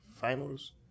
finals